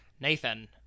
Nathan